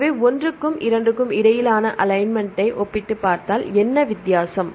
எனவே ஒன்றுக்கும் 2 க்கும் இடையிலான அலைன்மென்ட்டை ஒப்பிட்டுப் பார்த்தால் என்ன வித்தியாசம்